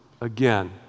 again